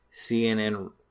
CNN